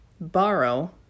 borrow